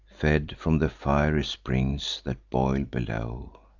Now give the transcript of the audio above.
fed from the fiery springs that boil below.